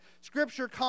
Scripture